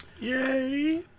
Yay